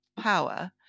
power